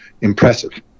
impressive